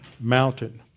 mountain